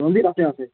ৰঞ্জিত আছে আছে